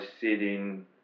sitting